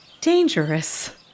Dangerous